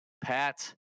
Pat